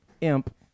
imp